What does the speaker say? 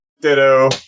Ditto